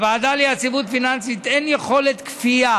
לוועדה ליציבות פיננסית אין יכולת כפייה